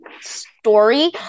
story